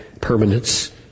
permanence